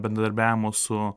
bendradarbiavimo su